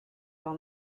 dans